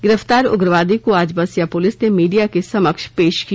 गिरफ्तार उग्रवादी को आज बसिया पुलिस ने मीडिया के समक्ष पेश किया